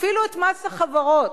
אפילו את מס החברות